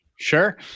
Sure